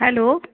hello